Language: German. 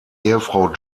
ehefrau